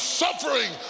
suffering